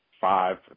five